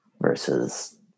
versus